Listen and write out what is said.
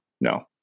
No